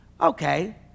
okay